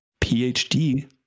PhD